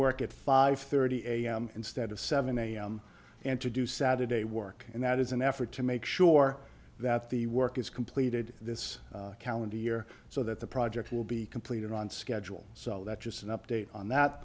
work at five thirty am instead of seven am and to do saturday work and that is an effort to make sure that the work is completed this calendar year so that the project will be completed on schedule so that just an update on